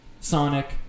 Sonic